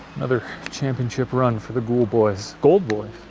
another championship run for the ghoul boys, gold boys.